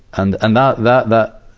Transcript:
and, and that, that,